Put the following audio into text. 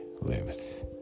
lives